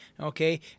okay